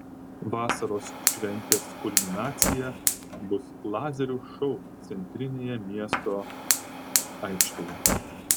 vasaros šventės kulminacija bus lazerių šou centrinėje miesto aikštėje